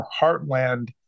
heartland